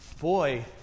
boy